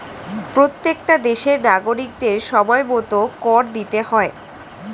প্রত্যেকটা দেশের নাগরিকদের সময়মতো কর দিতে হয়